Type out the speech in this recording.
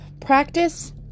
practice